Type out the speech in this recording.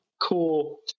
cool